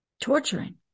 Torturing